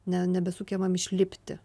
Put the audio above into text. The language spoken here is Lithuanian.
ne nebesugebam išlipti